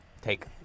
take